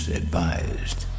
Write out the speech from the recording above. advised